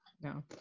No